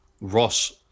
Ross